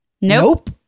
Nope